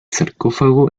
sarcófago